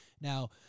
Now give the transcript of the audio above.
Now